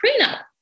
prenup